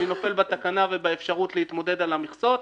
אני נופל בתקנה ובאפשרות להתמודד על המכסות.